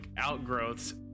outgrowths